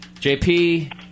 JP